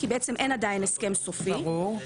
כי בעצם אין עדיין הסכם סופי -- ברור.